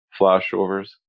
flashovers